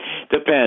Depends